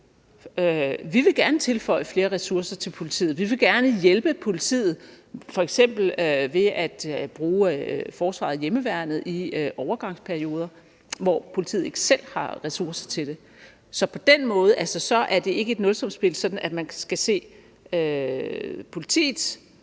Vi vil gerne tilføre flere ressourcer til politiet. Vi vil gerne hjælpe politiet, f.eks. ved at bruge forsvaret og hjemmeværnet i overgangsperioder, hvor politiet ikke selv har ressourcer til det. Så på den måde er det ikke et nulsumsspil, sådan at man skal se politiets